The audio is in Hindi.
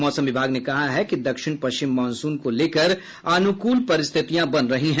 मौसम विभाग ने कहा है कि दक्षिण पश्चिम मॉनसून को लेकर अनुकूल परिस्थितियां बन रही हैं